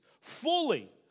fully